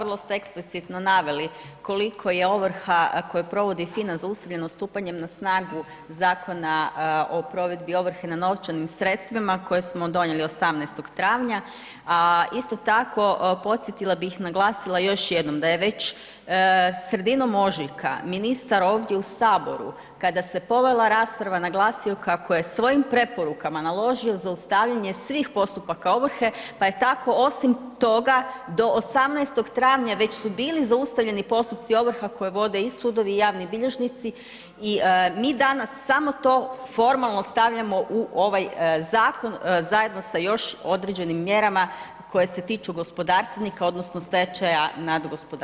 Vrlo ste eksplicitno naveli koliko je ovrha koje provodi FINA zaustavljeno stupanjem na snagu Zakona o provedbi ovrhe na novčanim sredstvima koje smo donijeli 18. travnja, a isto tako, podsjetila bih, naglasila još jednom, da je već sredinom ožujka, ministar ovdje u Saboru, kada se povela rasprava naglasio kako je svojim preporukama naložio zaustavljanje svih postupaka ovrhe, pa je tako, osim toga, to 18. travnja već su bili zaustavljeni postupci ovrha koje vode i sudovi i javni bilježnici i mi danas samo to formalno stavljamo u ovaj zakon zajedno sa još određenim mjerama koje se tiču gospodarstvenika odnosno stečaja nad gospodarstvenicima.